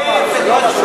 אתה מסלף את מה שהוא אמר.